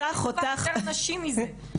מה יותר נשי מזה?